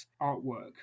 artwork